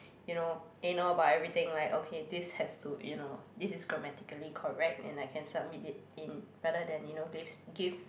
you know anal about everything like okay this has to you know this is grammatically correct and I can submit it in rather than you know give give